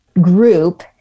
group